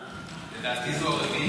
לדעתי זו הרביעית.